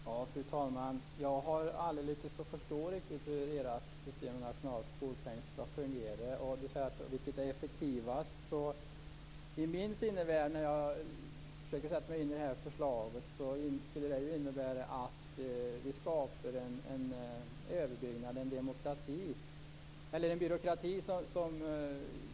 Fru talman! Jag har aldrig riktigt lyckats förstå hur ert system med nationell skolpeng skall fungera. Per Bill frågade om vilket som är effektivast. I min sinnevärld, när jag försöker sätta mig in i det förslaget, innebär det att vi skapar en överbyggnad, en byråkrati.